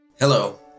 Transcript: Hello